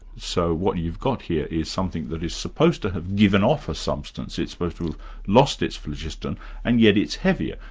so what you've got here is something that is supposed to have given off a substance, it's supposed to have lost its phlogiston and yet it's heavier,